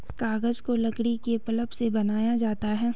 कागज को लकड़ी के पल्प से बनाया जाता है